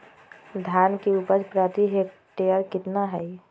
धान की उपज प्रति हेक्टेयर कितना है?